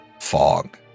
fog